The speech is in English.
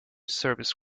service